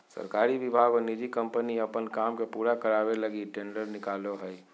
सरकारी विभाग और निजी कम्पनी अपन काम के पूरा करावे लगी टेंडर निकालो हइ